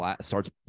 starts